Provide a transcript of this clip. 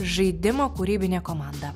žaidimo kūrybinė komanda